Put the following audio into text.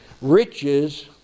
riches